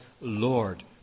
Lord